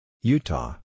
Utah